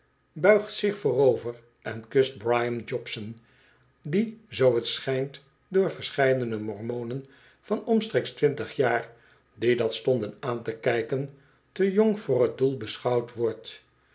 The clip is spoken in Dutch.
buigt zich voorover en kust brigham jobson die zoo t schijnt door verscheidene mormonen van omstreeks twintig jaar die dat stonden aan te kijken te jong voor t doel beschouwd wordt